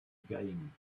game